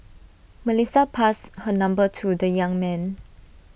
Melissa passed her number to the young man